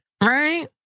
right